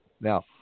Now